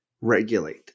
regulate